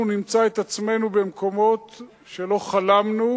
אנחנו נמצא את עצמנו במקומות שלא חלמנו